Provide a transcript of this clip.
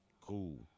Cool